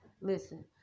listen